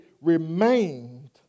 remained